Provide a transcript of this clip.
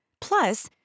Plus